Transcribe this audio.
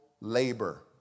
labor